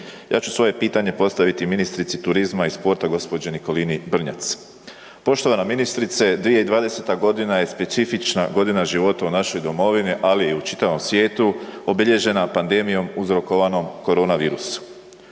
Ja ću svoje pitanje postaviti ministrici turizma i sporta gospođi Nikolini Brnjac. Poštovana ministrice, 2020. godina je specifična godina života u našoj domovini, ali i u čitavom svijetu obilježena pandemijom uzrokovanja koronavirusom.